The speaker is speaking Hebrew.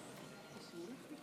חבר הכנסת איתן